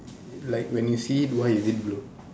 like when you see it why is it blue